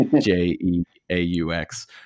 J-E-A-U-X